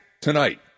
tonight